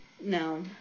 no